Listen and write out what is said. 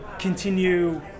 continue